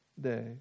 day